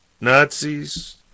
Nazis